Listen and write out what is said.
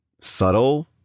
subtle